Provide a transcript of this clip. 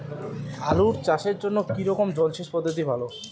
আলু চাষের জন্য কী রকম জলসেচ পদ্ধতি ভালো?